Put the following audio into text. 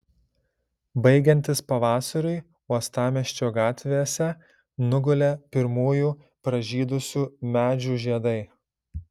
baigiantis pavasariui uostamiesčio gatvėse nugulė pirmųjų pražydusių medžių žiedai